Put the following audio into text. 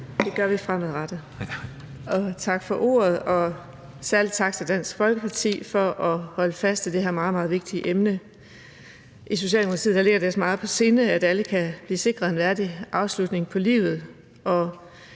Det gør vi fremadrettet. Tak for ordet. Og særlig tak til Dansk Folkeparti for at holde fast i det her meget, meget vigtige emne. I Socialdemokratiet ligger det os meget på sinde, at alle kan blive sikret en værdig afslutning på livet,